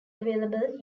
available